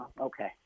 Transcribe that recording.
Okay